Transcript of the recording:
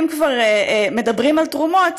אם כבר מדברים על תרומות,